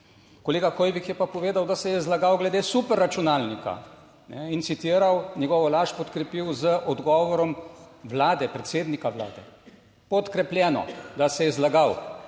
Kolega Hoivik je pa povedal, da se je zlagal glede superračunalnika in citiral njegovo laž, podkrepil z odgovorom Vlade, predsednika Vlade podkrepljeno, da se je zlagal,